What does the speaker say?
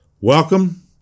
welcome